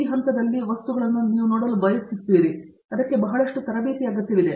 ಆ ಹಂತದಲ್ಲಿ ಈ ವಸ್ತುಗಳನ್ನು ನೀವು ನೋಡಲು ಬಯಸುತ್ತೀರಿ ಮತ್ತು ಅದಕ್ಕೆ ಬಹಳಷ್ಟು ತರಬೇತಿ ಅಗತ್ಯವಿದೆ